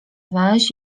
znaleźć